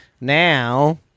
Now